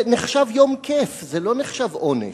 זה נחשב יום כיף, זה לא נחשב עונש.